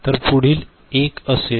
तर पुढील 1 असेल